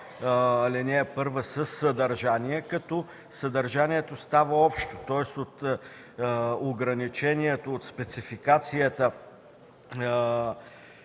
ал. 1 със съдържание, като съдържанието става общо, тоест от ограничението, от спецификацията